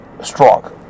strong